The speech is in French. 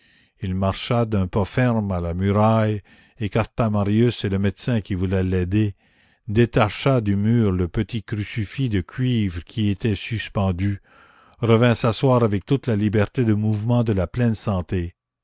il marcha d'un pas ferme à la muraille écarta marius et le médecin qui voulaient l'aider détacha du mur le petit crucifix de cuivre qui y était suspendu revint s'asseoir avec toute la liberté de mouvement de la pleine santé